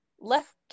left